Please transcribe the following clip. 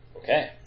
Okay